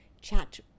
chat